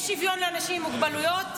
יש שוויון לאנשים עם מוגבלויות,